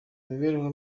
imibereho